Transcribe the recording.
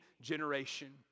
generation